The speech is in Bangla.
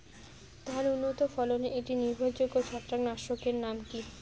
ধান উন্নত ফলনে একটি নির্ভরযোগ্য ছত্রাকনাশক এর নাম কি?